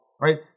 right